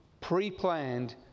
pre-planned